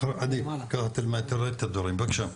עדיף ככה תראה את הדברים, בבקשה.